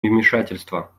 невмешательства